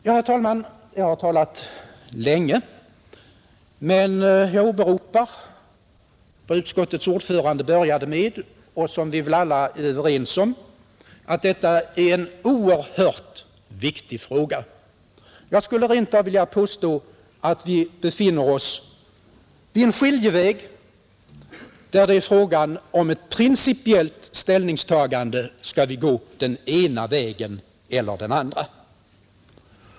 Herr talman! Jag har talat länge. Men jag åberopar vad utskottets ordförande började med och som vi väl alla är överens om, nämligen att detta är en oerhört viktig fråga. Jag skulle rent av vilja påstå att vi befinner oss vid en skiljeväg där det är fråga om ett principiellt ställningstagande: skall vi gå den ena vägen eller den andra?